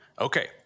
Okay